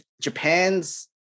Japan's